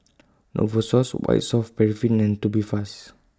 Novosource White Soft Paraffin and Tubifast